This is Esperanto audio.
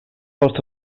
post